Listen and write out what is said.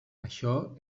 això